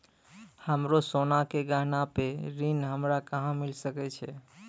हमरो सोना के गहना पे ऋण हमरा कहां मिली सकै छै?